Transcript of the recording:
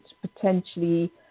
potentially